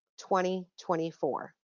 2024